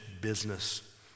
business